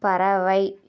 பறவை